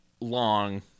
long